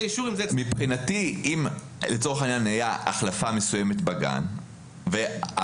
מבחינתי אם לצורך העניין הייתה החלפה מסוימת בגן ובאותו